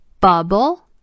bubble